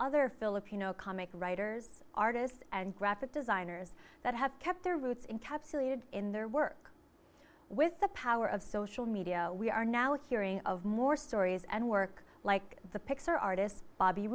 other filipino comic writers artists and graphic designers that have kept their roots in capsulated in their work with the power of social media we are now hearing of more stories and work like the picture artist bobby